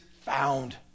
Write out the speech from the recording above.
found